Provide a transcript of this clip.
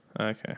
Okay